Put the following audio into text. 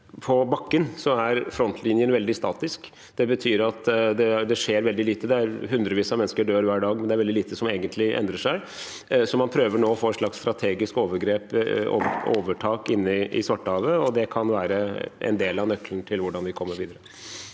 på bakken er frontlinjen veldig statisk. Det betyr at det skjer veldig lite. Hundrevis av mennesker dør hver dag, men det er veldig lite som egentlig endrer seg. Man prøver nå å få et slags strategisk overtak inne i Svartehavet, og det kan være en del av nøkkelen til hvordan vi kommer videre.